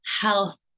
health